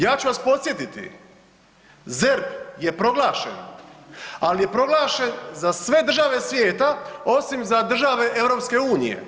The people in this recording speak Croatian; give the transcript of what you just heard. Ja ću vas podsjetiti ZERP je proglašen, ali je proglašen za sve države svijeta osim za države EU.